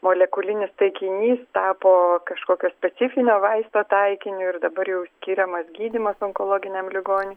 molekulinis taikinys tapo kažkokio specifinio vaisto taikiniu ir dabar jau skiriamas gydymas onkologiniam ligoniui